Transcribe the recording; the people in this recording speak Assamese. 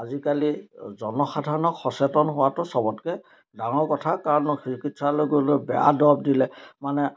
আজিকালি জনসাধাৰণক সচেতন হোৱাটো সবতকৈ ডাঙৰ কথা কাৰণ চিকিৎসালয়লৈ গৈ বেয়া দৰৱ দিলে মানে